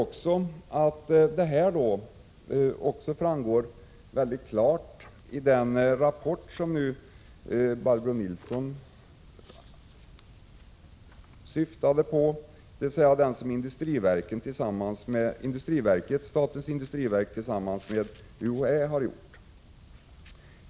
Detta framgår mycket klart av den rapport som Barbro Nilsson talade om, dvs. den som statens industriverk tillsammans med UHÄ har avgivit.